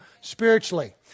spiritually